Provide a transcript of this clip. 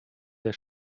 der